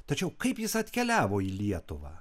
tačiau kaip jis atkeliavo į lietuvą